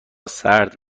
سرد